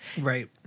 Right